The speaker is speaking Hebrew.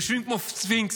יושבים כמו ספינקסים,